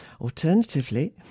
Alternatively